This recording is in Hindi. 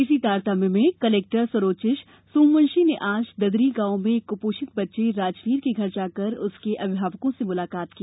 इसी तारतम्य में कलेक्टर स्वरोचिष सोमवंशी ने आज ददरी गाँव में एक कुपोषित बच्चे राजवीर के घर जाकर उसके अभिभावकों से मुलाकात की